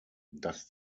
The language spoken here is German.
das